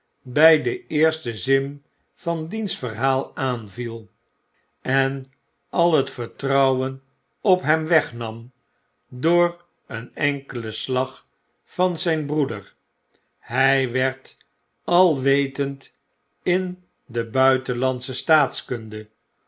by den eersten zin van dieris verhaal aanviel en al het vertrouwen op hem wegnam door een enkelen slag van zijn broeder hy werd alwetend in de buitenlandsche